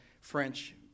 French